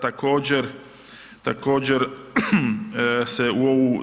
Također, također, se u